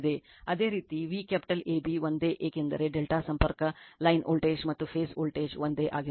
ಅದೇ ರೀತಿ V capital AB ಒಂದೇ ಏಕೆಂದರೆ ∆ ಸಂಪರ್ಕ ಲೈನ್ ವೋಲ್ಟೇಜ್ ಮತ್ತು ಫೇಸ್ ವೋಲ್ಟೇಜ್ ಒಂದೇ ಆಗಿರುತ್ತದೆ